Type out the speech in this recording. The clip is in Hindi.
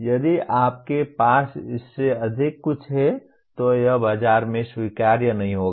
यदि इसके पास इससे अधिक कुछ है तो यह बाजार में स्वीकार्य नहीं होगा